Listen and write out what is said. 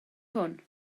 hwn